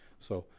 so,